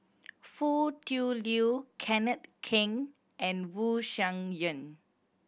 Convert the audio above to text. Foo Tui Liew Kenneth Keng and Wu Tsai Yen